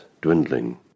dwindling